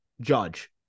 Judge